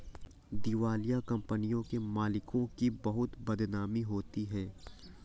दिवालिया कंपनियों के मालिकों की बहुत बदनामी होती है